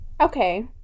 Okay